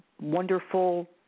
wonderful